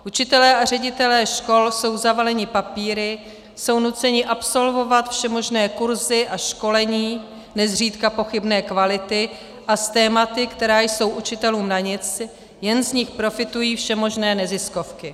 Učitelé a ředitelé škol jsou zavaleni papíry, jsou nuceni absolvovat všemožné kurzy a školení, nezřídka pochybné kvality, a s tématy, která jsou učitelům na nic, jen z nich profitují všemožné neziskovky.